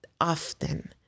often